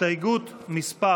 הסתייגות מס'